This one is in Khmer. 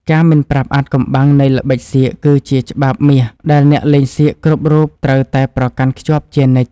ការមិនប្រាប់អាថ៌កំបាំងនៃល្បិចសៀកគឺជាច្បាប់មាសដែលអ្នកលេងសៀកគ្រប់រូបត្រូវតែប្រកាន់ខ្ជាប់ជានិច្ច។